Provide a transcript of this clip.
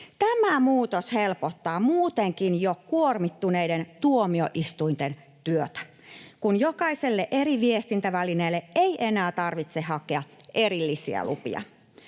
Tämä muutos helpottaa muutenkin jo kuormittuneiden tuomioistuinten työtä, kun jokaiselle eri viestintävälineelle ei enää tarvitse hakea erillisiä lupia.